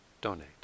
donate